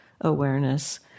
awareness